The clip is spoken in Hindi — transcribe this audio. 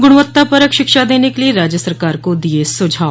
गुणवत्तापरक शिक्षा देने के लिए राज्य सरकार को दिए सुझाव